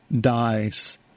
dies